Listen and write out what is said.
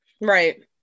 right